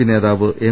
P നേതാവ് M